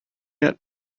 yet